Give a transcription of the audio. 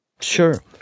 sure